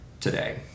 today